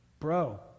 Bro